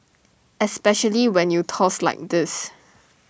especially when you toss like this